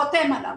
חותם עליו,